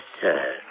sir